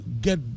get